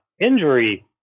injury